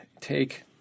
take –